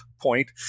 point